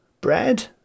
bread